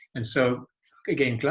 and so again,